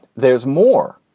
there's more.